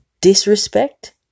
disrespect